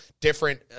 different